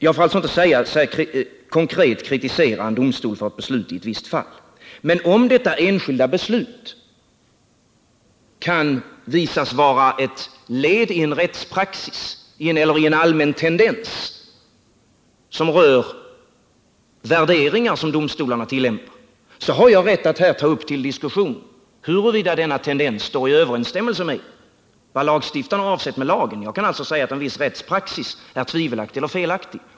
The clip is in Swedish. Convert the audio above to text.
Jag får alltså inte konkret kritisera en domstol för ett beslut i ett visst fall. Men om detta enskilda beslut kan visas vara eu led i en allmän tendens som rör värderingar som domstolarna tillämpar har jag rätt att här ta upp till diskussion huruvida denna tendens står i överensstämmelse med vad lagstiftarna avsett med lagen. Jag kan alltså säga att en viss rättspraxis är tvivelaktig eller felaktig.